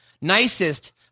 nicest